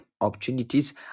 opportunities